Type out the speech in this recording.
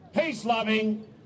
peace-loving